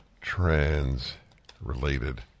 Trans-related